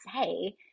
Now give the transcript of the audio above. say